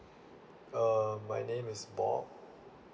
uh my name is bob